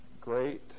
Great